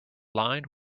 lined